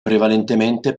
prevalentemente